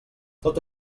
tot